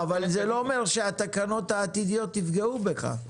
זה לא אומר שהתקנות העתידיות יפגעו בך.